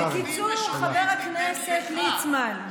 חבר הכנסת קרעי.